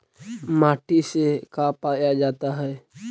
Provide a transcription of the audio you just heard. माटी से का पाया जाता है?